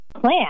plan